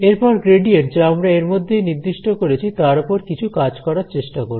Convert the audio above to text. এরপর গ্রেডিয়েন্ট যা আমরা এর মধ্যেই নির্দিষ্ট করেছি তার ওপর কিছু কাজ করার চেষ্টা করব